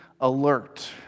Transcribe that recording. alert